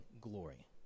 glory